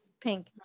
Pink